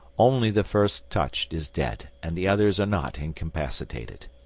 only the first touched is dead and the others are not incapacitated.